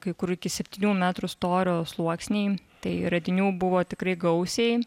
kai kur iki septynių metrų storio sluoksniai tai radinių buvo tikrai gausiai